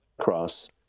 cross